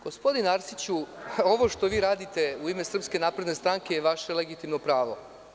Gospodine Arsiću, ovo što vi radite u ime Srpske napredne stranke je vaše legitimno pravo.